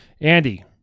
Andy